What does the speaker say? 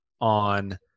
on